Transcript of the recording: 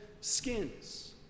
skins